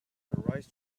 rise